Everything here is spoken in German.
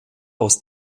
aus